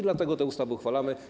Dlatego te ustawy uchwalamy.